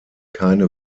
keine